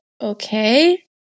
okay